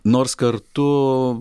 nors kartu